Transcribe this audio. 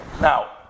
Now